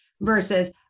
versus